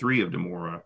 three of them or